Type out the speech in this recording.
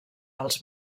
als